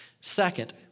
Second